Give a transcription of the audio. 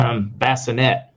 bassinet